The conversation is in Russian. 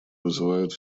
вызывают